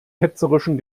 ketzerischen